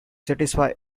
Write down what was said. satisfies